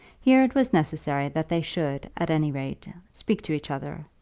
here it was necessary that they should, at any rate, speak to each other,